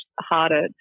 harder